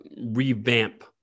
revamp